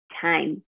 time